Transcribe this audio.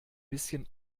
bisschen